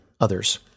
others